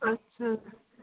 ਅੱਛਾ